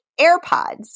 AirPods